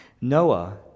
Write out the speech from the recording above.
Noah